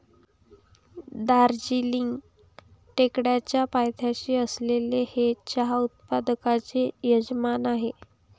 दार्जिलिंग टेकडीच्या पायथ्याशी असलेले हे चहा उत्पादकांचे यजमान आहे